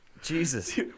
Jesus